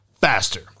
faster